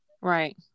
Right